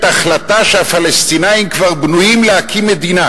החלטה שהפלסטינים כבר בנויים להקים מדינה,